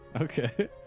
Okay